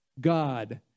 God